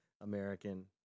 American